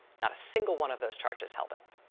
not a single one of those charges held up.